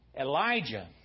Elijah